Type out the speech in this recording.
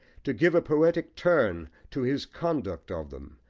to give a poetic turn to his conduct of them,